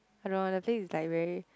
I don't know the place is like very